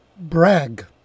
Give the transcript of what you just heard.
brag